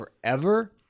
forever